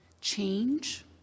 change